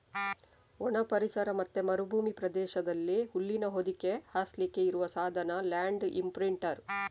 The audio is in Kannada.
ಒಣ ಪರಿಸರ ಮತ್ತೆ ಮರುಭೂಮಿ ಪ್ರದೇಶದಲ್ಲಿ ಹುಲ್ಲಿನ ಹೊದಿಕೆ ಹಾಸ್ಲಿಕ್ಕೆ ಇರುವ ಸಾಧನ ಲ್ಯಾಂಡ್ ಇಂಪ್ರಿಂಟರ್